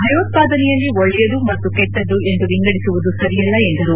ಭಯೋತ್ಸಾದನೆಯಲ್ಲಿ ಒಳ್ಳೆಯದು ಮತ್ತು ಕೆಟ್ಟದ್ದು ಎಂದು ವಿಂಗಡಿಸುವುದು ಸರಿಯಲ್ಲ ಎಂದರು